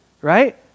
right